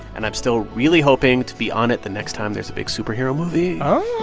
and i'm still really hoping to be on it the next time there's a big superhero movie oh,